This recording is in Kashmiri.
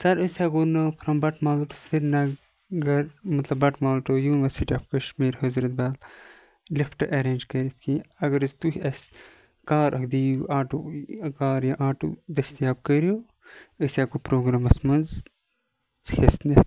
سَر أسۍ ہیٚکو نہٕ پھرام بَٹمالوٗ ٹہُ سرینَگَر مَطلَب Batmaloo to university of Kashmir Hazratbal lift arrange کٔرِتھ کینٛہہ اَگر حظ تُہۍ اَسہِ کار اَکھ دِیِو آٹو کار یا آٹو دستِیاب کٔرِو أسۍ ہیٚکو پروگرامَس مَنٛز حِصہِ نِتھ